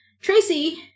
Tracy